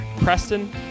Preston